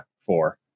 four